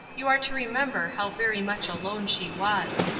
you are to remember how very much alone she was.